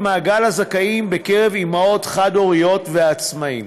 מעגל הזכאים בקרב אימהות חד-הוריות ועצמאים.